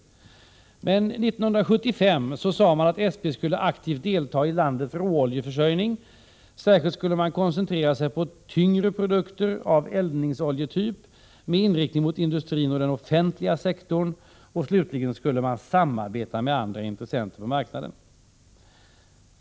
År 1975 sade man att SP skulle aktivt delta i landets råoljeförsörjning. Särskilt skulle man koncentrera sig på tyngre produkter av eldningsoljetyp med inriktning mot industrin och den offentliga sektorn. Slutligen skulle man samarbeta med andra intressenter på marknaden.